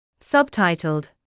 Subtitled